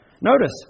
notice